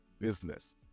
business